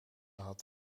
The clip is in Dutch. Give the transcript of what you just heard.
had